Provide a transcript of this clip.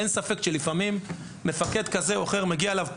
אין ספק שלמפקד זה או אחר מגיע ספורטאי